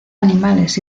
animales